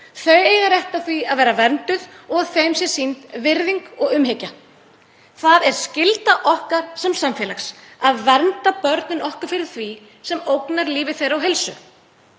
Þau eiga rétt á því að vera vernduð og þeim sé sýnd virðing og umhyggja. Það er skylda okkar sem samfélags að vernda börnin okkar fyrir því sem ógnar lífi þeirra og heilsu.